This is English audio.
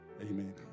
Amen